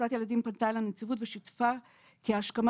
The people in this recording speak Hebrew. קבוצת ילדים פנתה אל הנציבות ושיתפה כי ההשכמה